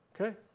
Okay